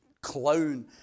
clown